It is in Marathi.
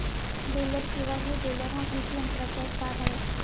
बेलर किंवा हे बेलर हा कृषी यंत्राचा एक भाग आहे